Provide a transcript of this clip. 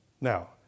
Now